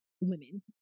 women